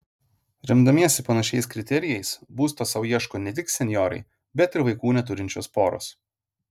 remdamiesi panašiais kriterijais būsto sau ieško ne tik senjorai bet ir vaikų neturinčios poros